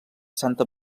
santa